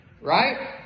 right